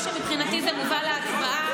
או שמבחינתי זה מובא להצבעה.